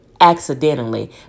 accidentally